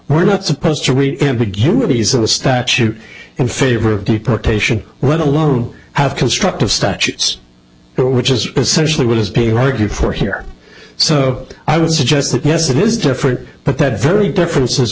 we're not supposed to read and begin to use of the statute in favor of deportation whether one have constructive statutes which is essentially what is being argued for here so i would suggest that yes it is different but that very differen